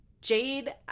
Jade